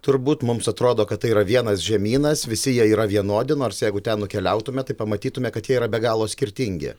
turbūt mums atrodo kad tai yra vienas žemynas visi jie yra vienodi nors jeigu ten nukeliautume tai pamatytume kad jie yra be galo skirtingi